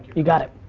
you got it.